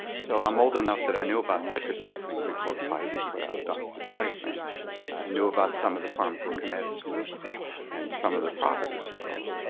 so i'm old enough that i knew about tetracycline before kaiser put out doxycycline i knew about some of the pharmacokinetics and some of their properties. so,